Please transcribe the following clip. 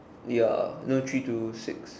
ya no three to six